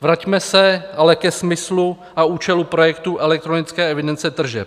Vraťme se ale ke smyslu a účelu projektu elektronické evidence tržeb.